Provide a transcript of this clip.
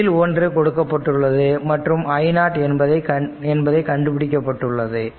இதில் ஒன்று கொடுக்கப்பட்டுள்ளது மற்றும் i0 என்பதை கண்டுபிடிக்கப்பட்டுள்ளது